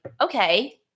okay